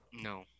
No